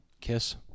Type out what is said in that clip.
Kiss